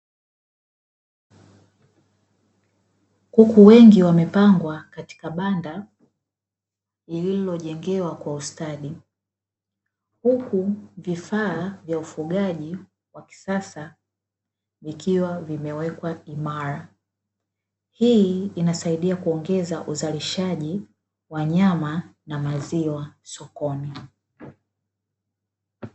Kuku wengi wamepangwa katika banda lililojengewa kwa ustadi, huku vifaa vya ufugaji wa kisasa vikiwa vimewekwa imara. Hii inasaidia kuongeza uzalishaji wa nyama na maziwa sokoni.